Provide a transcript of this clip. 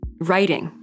writing